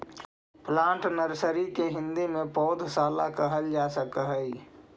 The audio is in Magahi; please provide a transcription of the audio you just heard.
प्लांट नर्सरी के हिंदी में पौधशाला कहल जा सकऽ हइ